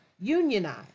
unionize